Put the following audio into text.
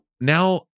now